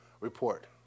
report